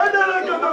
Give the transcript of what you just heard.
צאו החוצה.